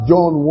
John